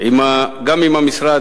גם עם המשרד,